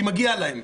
כי מגיע להם,